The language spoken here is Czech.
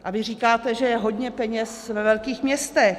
A vy říkáte, že je hodně peněz ve velkých městech.